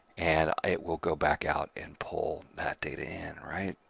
and it will go back out and pull that data in. right.